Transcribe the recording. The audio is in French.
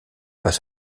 pas